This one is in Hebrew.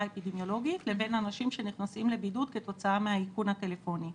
אפידמיולוגית לבין אנשים שנכנסים לבידוד כתוצאה מהאיכון הטלפוני.